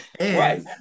Right